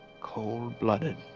cold-blooded